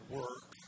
work